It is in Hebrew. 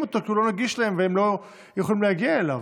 כי הוא לא נגיש להם והם לא יכולים להגיע אליו.